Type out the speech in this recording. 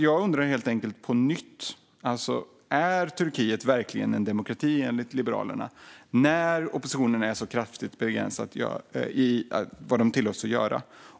Jag undrar helt enkelt på nytt: Är Turkiet verkligen en demokrati enligt Liberalerna när oppositionen är så kraftigt begränsad i vad den tillåts att göra?